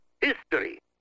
history